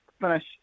finish